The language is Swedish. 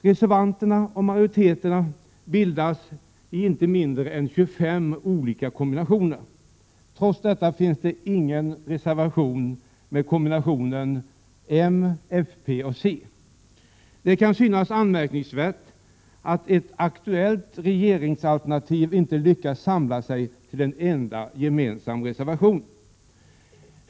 Reservanterna och majoriteterna bildas i inte mindre än 25 olika kombinationer. Trots detta finns det ingen reservation i kombinationen moderaterna-folkpartiet-centern. Det kan synas anmärkningsvärt att ett aktuellt regeringsalternativ inte har lyckats samla sig till en enda gemensam reservation.